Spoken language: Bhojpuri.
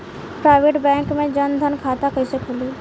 प्राइवेट बैंक मे जन धन खाता कैसे खुली?